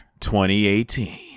2018